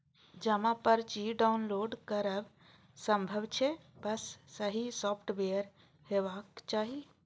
जमा पर्ची डॉउनलोड करब संभव छै, बस सही सॉफ्टवेयर हेबाक चाही